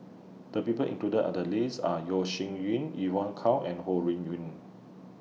The People included Are The list Are Yeo Shih Yun Evon Kow and Ho Rui Yun